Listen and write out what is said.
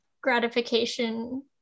gratification